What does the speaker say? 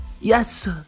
Yes